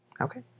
Okay